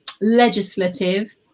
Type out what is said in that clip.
legislative